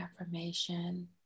affirmation